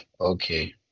okay